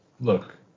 look